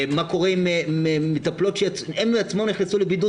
מה קורה עם מטפלות שהן בעצמן נכנסו לבידוד